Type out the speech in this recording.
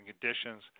conditions